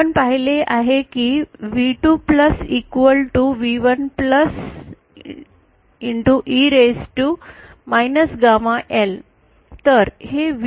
आपण पाहिले आहे की V2 V1 e raise to